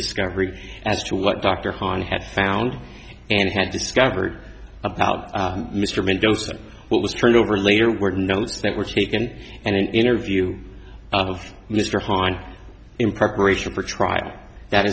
discovery as to what dr han had found and had discovered about mr mendoza what was turned over later were notes that were taken and an interview of mr han in preparation for trial that